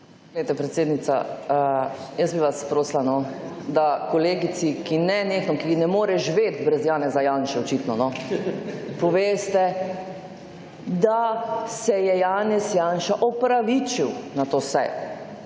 predsednica, jaz bi vas prosila, da kolegici, ki nenehno, ki ne more živeti brez Janeza Janše očitno, poveste, da se je Janez Janša opravičil na to sejo.